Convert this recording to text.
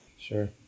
Sure